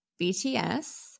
BTS